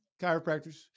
Chiropractors